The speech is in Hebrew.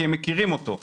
כי הם מכירים אותו.